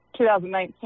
2019